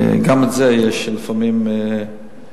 גם בזה יש לפעמים בעיה.